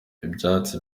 ibyatsi